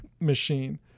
machine